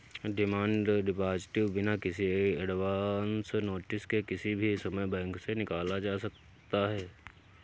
demand deposit बिना किसी advance notice के किसी भी समय बैंक से निकाल सकते है